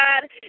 God